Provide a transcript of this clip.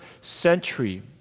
century